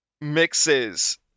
mixes